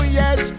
yes